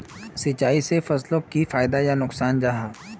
सिंचाई से फसलोक की फायदा या नुकसान जाहा?